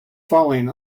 falling